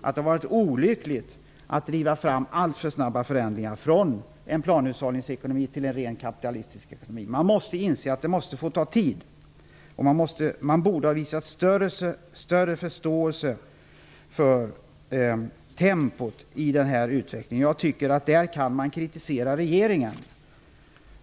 att det har varit olyckligt att driva fram alltför snabba förändringar från en planhushållningsekonomi till en rent kapitalistisk ekonomi. Man måste inse att det måste få ta tid. Man borde ha visat större förståelse för tempot i utvecklingen. Jag tycker att man kan kritisera regeringen i det avseendet.